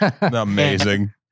Amazing